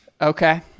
Okay